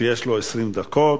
שיש לו 20 דקות.